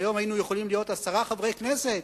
והיום היינו יכולים להיות עשרה חברי כנסת,